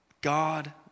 God